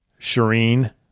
Shireen